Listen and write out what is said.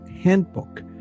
Handbook